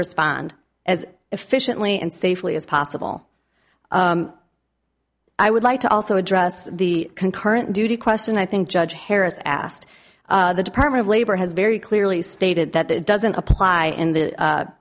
respond as efficiently and safely as possible i would like to also address the concurrent duty question i think judge harris asked the department of labor has very clearly stated that it doesn't apply in the